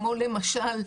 כמו למשל,